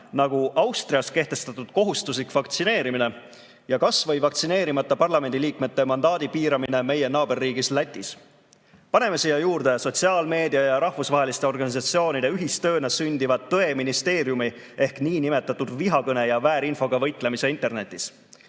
nagu Austrias kehtestatud kohustuslik vaktsineerimine ja kas või vaktsineerimata parlamendiliikmete mandaadi piiramine meie naaberriigis Lätis? Paneme siia juurde sotsiaalmeedia ja rahvusvaheliste organisatsioonide ühistööna sündiva tõeministeeriumi ehk niinimetatud vihakõne ja väärinfoga võitlemise internetis.